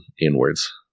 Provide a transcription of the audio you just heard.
inwards